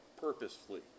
purposefully